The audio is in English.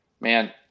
Man